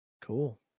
cool